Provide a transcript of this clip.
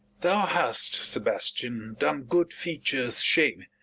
thou hast, sebastian, done good feature shame.